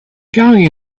going